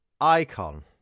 icon